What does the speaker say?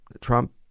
Trump